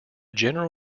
general